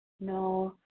No